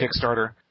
Kickstarter